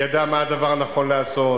היא ידעה מה הדבר הנכון לעשות,